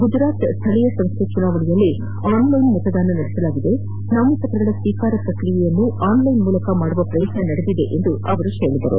ಗುಜರಾತ್ ಸ್ದಳೀಯ ಸಂಸ್ಥೆ ಚುನಾವಣೆಯಲ್ಲಿ ಆನ್ಲೈನ್ ಮತದಾನ ನಡೆಸಲಾಗಿದೆ ನಾಮಪತ್ರಗಳ ಸ್ವೀಕಾರ ಪ್ರಕ್ರಿಯೆಯನ್ನು ಆನ್ಲೈನ್ ಮೂಲಕ ಮಾಡುವ ಪ್ರಯತ್ನ ನಡೆದಿದೆ ಎಂದು ಅವರು ಹೇಳಿದರು